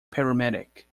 paramedic